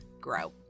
grow